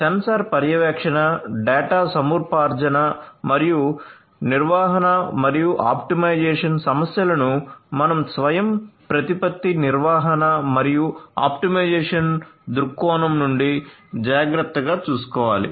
censor పర్యవేక్షణ data సముపార్జన మరియు నిర్వహణ మరియు ఆప్టిమైజేషన్ సమస్యలను మనం స్వయంప్రతిపత్తి నిర్వహణ మరియు ఆప్టిమైజేషన్ దృక్కోణం నుండి జాగ్రత్తగా చూసుకోవాలి